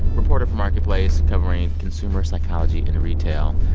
reporter for marketplace, covering consumer psychology and retail.